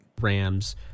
Rams